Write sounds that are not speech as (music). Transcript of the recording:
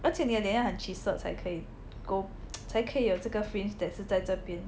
而且你的脸要很 chiselled 才可以 go~ (noise) 才可以有这个 fringe that 是在这边